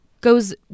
goes